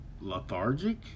lethargic